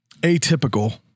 atypical